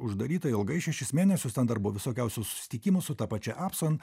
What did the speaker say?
uždaryta ilgai šešis mėnesius ten dar buvo visokiausių susitikimų su ta pačia apson